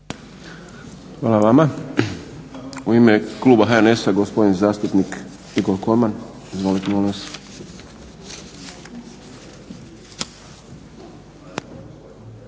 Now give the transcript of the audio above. Hvala vama. U ime kluba HNS-a gospodin zastupnik Igor KOlman. Izvolite.